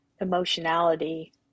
emotionality